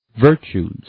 virtues